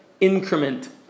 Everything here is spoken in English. increment